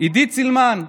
עידית סילמן,